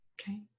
Okay